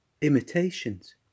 imitations